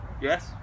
yes